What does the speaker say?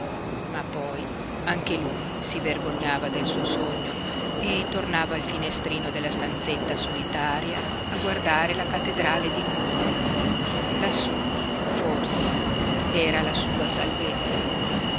ma poi anche lui si vergognava del suo sogno e tornava al finestrino della stanzetta solitaria a guardare la cattedrale di nuoro lassú forse era la sua salvezza